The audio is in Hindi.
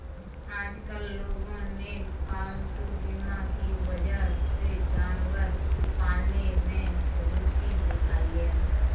आजकल लोगों ने पालतू बीमा की वजह से जानवर पालने में रूचि दिखाई है